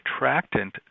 attractant